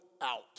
out